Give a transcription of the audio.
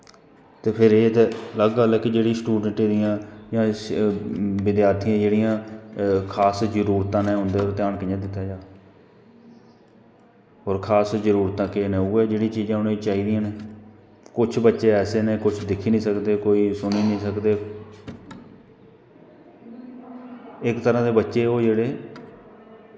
ते फिर एह् ते गल्त गल्ल ऐ के जेह्ड़ी स्टूडैंटें दियां जां विधार्थीं दियां जेह्ड़ियां खास जरूरतां न उंदे पर ध्यान कियां दित्ता जा और खास जरूरतां केह् न उऐ जेह्ड़ियां उनेंगी चाही दियां न कुछ बच्चे ऐसे न दिक्खी नी सकदे कोई सुनी नी सकदे इक तरां दे बच्चे ओह् जेह्ड़े